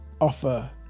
Offer